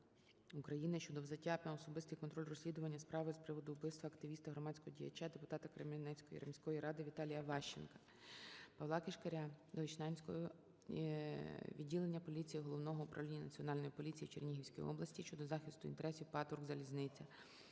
України щодо взяття на особистий контроль розслідування справи з приводу вбивства активіста, громадського діяча, депутата Кременецької міської ради Віталія Ващенка. ПавлаКишкаря до Ічнянського відділення поліції Головного управління Національної поліції в Чернігівській області щодо захисту інтересів ПАТ "Укрзалізниця".